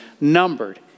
numbered